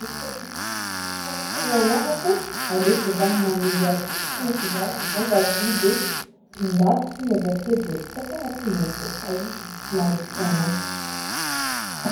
Izy koa dimy minitra zegny fôgny agnagnako, aleko za manendy atody fogny eky zaho, mivanga atody, indasiko igny avake de ataoko agnaty mofo fa izy i fô de mahavoky agnahy.